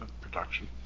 production